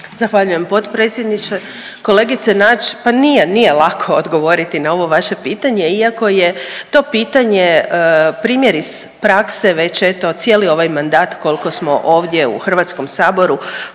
Zahvaljujem potpredsjedniče. Kolegice Nađ, pa nije, nije lako odgovoriti na ovo vaše pitanje iako je to pitanje primjer iz prakse već eto cijeli ovaj mandat koliko smo ovdje u HS, puno se